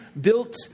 built